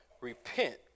repent